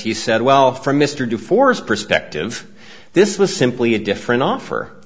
he said well from mr deforest perspective this was simply a different offer